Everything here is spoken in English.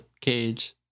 cage